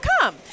come